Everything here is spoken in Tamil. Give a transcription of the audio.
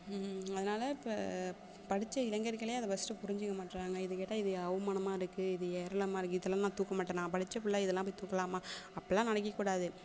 அதனால இப்போ படித்த இளைஞர்களே அதை ஃபர்ஸ்ட்டு புரிஞ்சிக்கமாட்றாங்க இது கேட்டால் இதைய அவமானமா இருக்கு இது ஏளனமாக இருக்கு இதெல்லாம் நான் தூக்கமாட்ட நான் படித்த பிள்ள இதெல்லாம் போய் தூக்கலாமா அப்படில்லாம் நினைக்க கூடாது